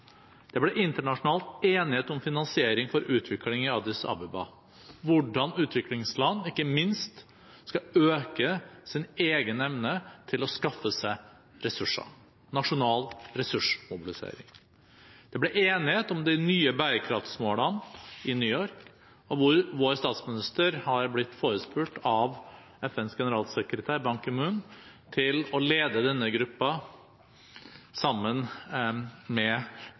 Det ble internasjonal enighet om finansiering for utvikling i Addis Abeba, for hvordan utviklingsland ikke minst skal øke sin egen evne til å skaffe seg ressurser – nasjonal ressursmobilisering. Det ble enighet om de nye bærekraftsmålene i New York, og vår statsminister har blitt forespurt av FNs generalsekretær Ban Ki-moon om å lede denne gruppa sammen med